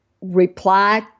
reply